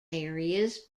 areas